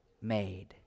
made